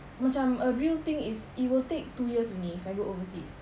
macam a real thing is it will take two years only if I go overseas